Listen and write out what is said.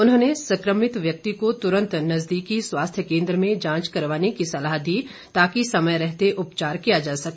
उन्होंने संक्रमित व्यक्ति को तुरंत नजदीकी स्वास्थ्य केंद्र में जांच करवाने की सलाह दी ताकि समय रहते उपचार किया जा सके